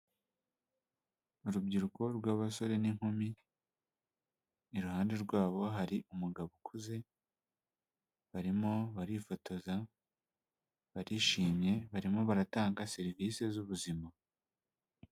Urubyiruko rw'abasore n'inkumi iruhande rwabo hari umugabo ukuze barimo barifotoza barishimye barimo baratanga serivisi z'ubuzima.